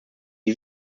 die